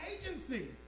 agency